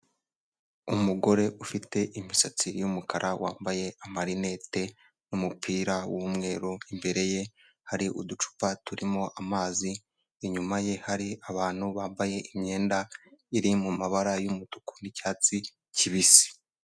Umugore ufite imisatsi y'umukara wambaye amarinete n'umupira w'umweru, imbere ye hari uducupa turimo amazi, inyuma ye hari abantu bambaye imyenda iri mu mabara y'umutuku n'icyatsi kibisi.